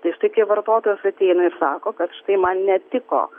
tai štai kai vartotojas ateina ir sako kad štai man netiko